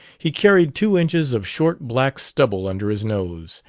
he carried two inches of short black stubble under his nose.